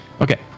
Okay